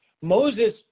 Moses